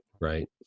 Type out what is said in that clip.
right